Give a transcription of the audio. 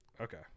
okay